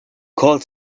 called